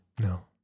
No